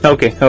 Okay